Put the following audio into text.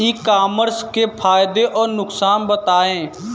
ई commerce के फायदे और नुकसान बताएँ?